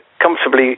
comfortably